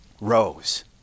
Rose